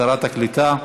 שרת הקליטה.